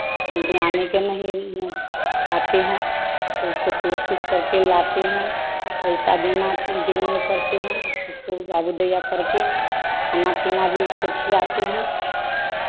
जल्दी आने के नहीं मून आते हैं तो उसको कोशिश करके लाते हैं पैसा देना देने पड़ते है उसको बाबु दैया करके खाना पीना भी उसको खिआते हैं